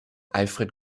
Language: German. alfred